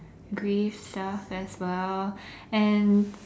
grief stuff as well and